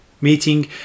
meeting